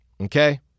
Okay